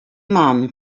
mum